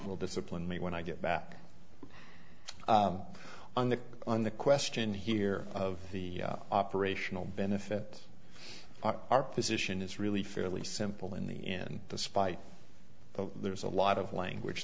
will discipline me when i get back on the on the question here of the operational benefit our position is really fairly simple in the in the spite the there is a lot of language